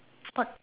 spot